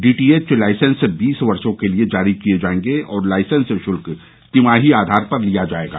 DTH licence बीस वर्षों के लिए जारी किए जायेंगे और लाइसेंस शुल्क तिमाही आधार पर लिया जाएगा